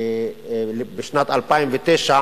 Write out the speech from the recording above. בשנת 2009,